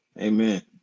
amen